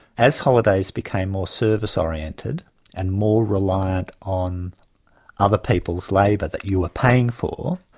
as holidays became more service-oriented and more reliant on other people's labour that you were paying for,